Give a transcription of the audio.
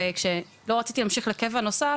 וכשלא רציתי להמשך לקבע נוסף